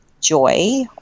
joy